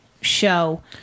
show